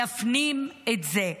יפנים את זה.